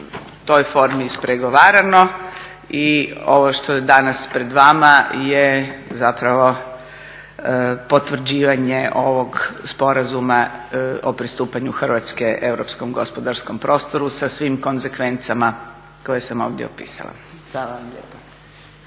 toj formi ispregovarano. I ovo što je danas pred vama je zapravo potvrđivanje ovog Sporazuma o pristupanju Hrvatske europskom gospodarskom prostoru sa svim konzekvencama koje sam ovdje opisala.